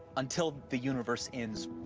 until the universe ends,